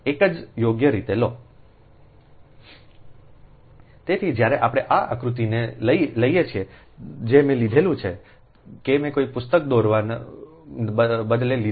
તેથી જ્યારે આપણે આ આકૃતિને લઈએ છીએ જે મેં લીધેલું છે મેં કોઈ પુસ્તક દોરવાને બદલે લીધું છે